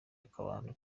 akabando